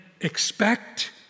expect